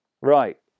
Right